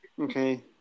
Okay